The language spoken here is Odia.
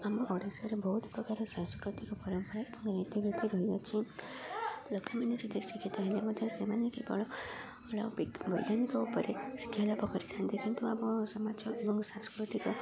ଆମ ଓଡ଼ିଶାରେ ବହୁତ ପ୍ରକାର ସାଂସ୍କୃତିକ ପରମ୍ପରା ଏବଂ ରୀତିନୀତି ରହିଅଛି ଲୋକମାନେ ଯଦି ଶିକ୍ଷିତ ହେଲେ ମଧ୍ୟ ସେମାନେ ବୈଜ୍ଞାନିକ ଉପରେ ଶିକ୍ଷା ଲାଭ କରିଥାନ୍ତି କିନ୍ତୁ ଆମ ସମାଜ ଏବଂ ସାଂସ୍କୃତିକ